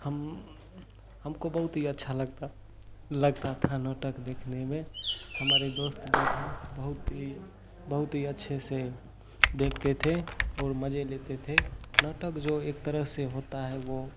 हम हमको बहुत ही अच्छा लगता लगता था नाटक देखने में हमारे दोस्त जो था बहुत ही बहुत ही अच्छे से देखते थे और मजे लेते थे नाटक जो एक तरह से होता है वो